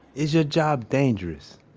is your job dangerous?